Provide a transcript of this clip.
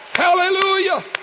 Hallelujah